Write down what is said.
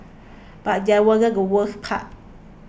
but that wasn't the worst part